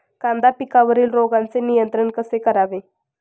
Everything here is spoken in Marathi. कांदा पिकावरील रोगांचे नियंत्रण कसे करावे?